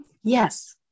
yes